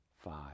five